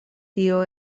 tio